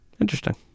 Interesting